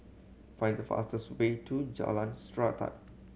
find the fastest way to Jalan Srantan